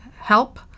help